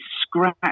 scratch